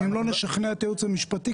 אם לא נשכנע את הייעוץ המשפטי,